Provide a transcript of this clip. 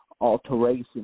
Alteration